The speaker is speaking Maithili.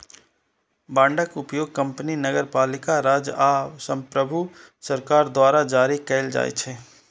बांडक उपयोग कंपनी, नगरपालिका, राज्य आ संप्रभु सरकार द्वारा जारी कैल जाइ छै